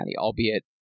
albeit